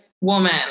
woman